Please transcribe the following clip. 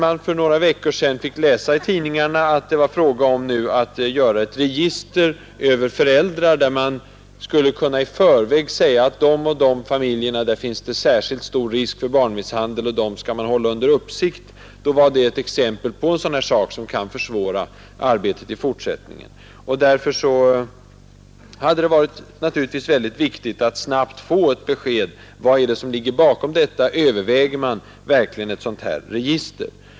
När vi för några veckor sedan fick läsa i tidningarna att det nu var fråga om att göra ett register över föräldrar, varvid man i förväg skulle kunna säga, att beträffande de och de familjerna finns det särskilt stor risk för barnmisshandel, så de måste hållas under uppsikt, var det exempel på sådant som kan försvåra arbetet i fortsättningen. Därför hade det naturligtvis varit värdefullt att snabbt få besked. Vad är det som ligger bakom detta? Överväger man verkligen ett sådant register?